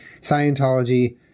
Scientology